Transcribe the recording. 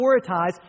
prioritize